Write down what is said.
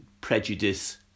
prejudice